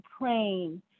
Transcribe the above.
praying